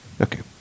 Okay